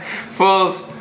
Fools